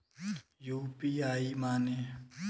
UPI माने?